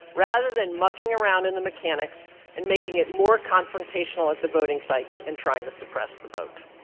rather than mucking around in the mechanics and making it more confrontational at the voting sites and trying to suppress the vote.